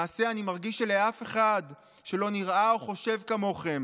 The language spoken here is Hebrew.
למעשה, אני מרגיש שלאף אחד שלא נראה או חושב כמוכם